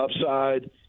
upside